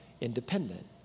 independent